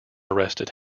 arrested